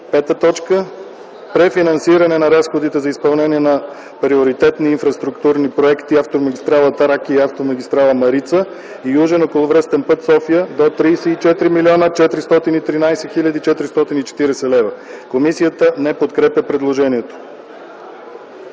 лв.; 5. Префинансиране на разходите по изпълнение на приоритетни инфраструктурни проекти - автомагистрала „Тракия”, автомагистрала „Марица” и Южен околовръстен път-София: до 34 413 440 лв.” Комисията не подкрепя предложението.